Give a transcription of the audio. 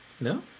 No